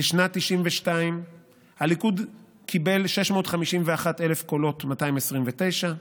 בשנת 1992 הליכוד קיבל 651,229 קולות,